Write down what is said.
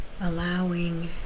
allowing